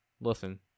listen